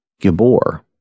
Gabor